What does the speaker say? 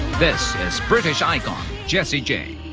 this is british icon jessie j.